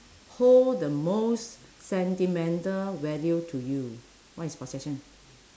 hold the most sentimental value to you what is possession